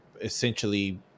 essentially